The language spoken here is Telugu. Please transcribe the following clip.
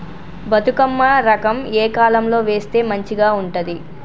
బతుకమ్మ రకం ఏ కాలం లో వేస్తే మంచిగా ఉంటది?